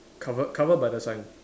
covered covered by the sign